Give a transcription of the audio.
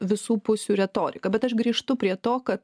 visų pusių retoriką bet aš grįžtu prie to kad